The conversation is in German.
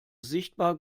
sichtbar